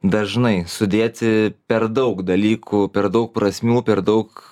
dažnai sudėti per daug dalykų per daug prasmių per daug